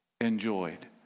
enjoyed